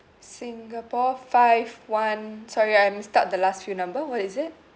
singapore five one sorry I'm stuck at the last few number what is it